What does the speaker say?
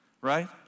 right